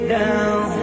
down